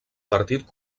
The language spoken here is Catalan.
partit